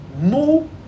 No